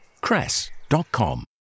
cress.com